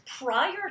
prior